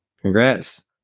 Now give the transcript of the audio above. Congrats